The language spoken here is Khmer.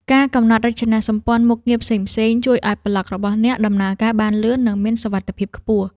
ការកំណត់រចនាសម្ព័ន្ធមុខងារផ្សេងៗ ជួយឱ្យប្លក់របស់អ្នកដំណើរការបានលឿន និងមានសុវត្ថិភាពខ្ពស់។